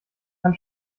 kann